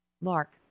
Mark